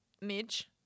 Midge